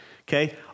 okay